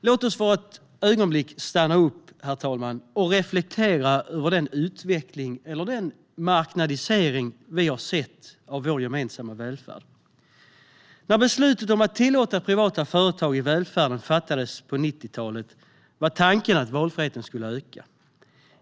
Låt oss för ett ögonblick stanna upp, herr talman, och reflektera över den utveckling eller den marknadisering vi har sett av vår gemensamma välfärd. När beslutet om att tillåta privata företag i välfärden fattades på 90-talet var tanken att valfriheten skulle öka.